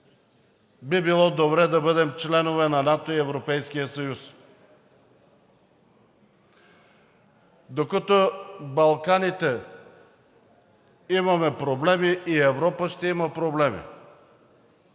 би било добре да бъдем членове на НАТО и Европейския съюз. Докато Балканите имаме проблеми, и Европа ще има проблеми.